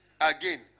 again